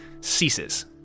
ceases